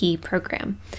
program